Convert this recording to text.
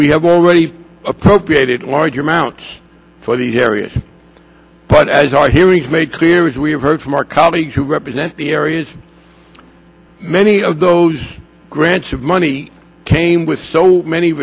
we have already appropriated large amounts for the harriet but as our hearings make clear is we have heard from our colleagues who represent the areas many of those grants of money came with so many